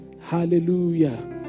hallelujah